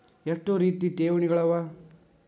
ಎಷ್ಟ ರೇತಿ ಠೇವಣಿಗಳ ಅವ?